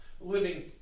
Living